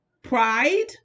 Pride